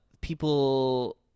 people